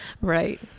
Right